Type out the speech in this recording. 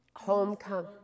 Homecoming